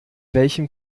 welchem